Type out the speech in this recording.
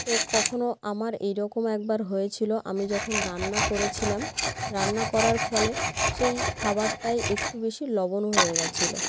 তো কখনও আমার এরকম একবার হয়েছিল আমি যখন রান্না করেছিলাম রান্না করার ফলে সেই খাবারটায় একটু বেশি লবণ হয়ে গিয়েছিল